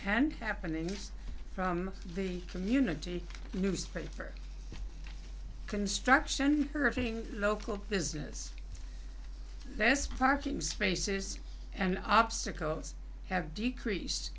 and happenings from the community newspaper construction serving local business this parking spaces and obstacles have decrease